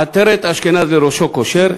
עטרת-אשכנז לראשו קושר.